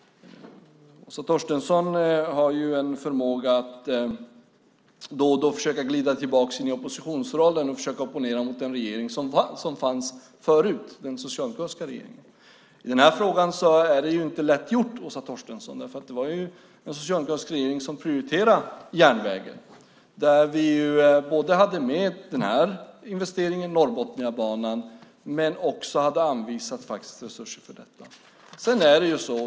Åsa Torstensson har en förmåga att då och då glida tillbaka i oppositionsrollen och opponera mot den regering som fanns tidigare, den socialdemokratiska regeringen. I den här frågan är det inte lätt att göra det eftersom det var en socialdemokratisk regering som prioriterade järnvägen. Vi hade med Norrbotniabanan, och vi hade också anvisat resurser till den.